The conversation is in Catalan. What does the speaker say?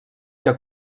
que